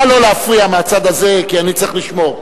נא לא להפריע מהצד הזה, כי אני צריך לשמור.